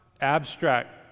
abstract